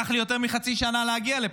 אבל לקח לי יותר מחצי שנה להגיע לפה.